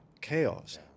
chaos